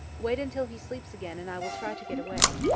wait until he sleeps again and i will try to get away.